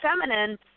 feminine